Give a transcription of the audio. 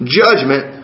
judgment